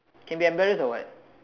can be embarrassed or what